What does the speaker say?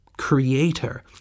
creator